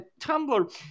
Tumblr